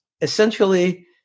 essentially